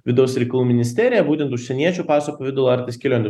vidaus reikalų ministerija būtent užsieniečių paso pavidalo ar tais kelionių